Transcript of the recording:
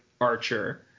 archer